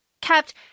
kept